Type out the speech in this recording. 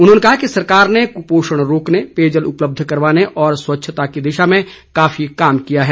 उन्होंने कहा कि सरकार ने कुपोषण रोकने पेयजल उपलब्ध कराने और स्वच्छता की दिशा में काफी काम किया है